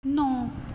ਨੌ